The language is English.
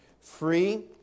free